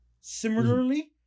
similarly